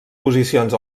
posicions